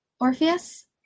Orpheus